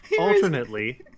Alternately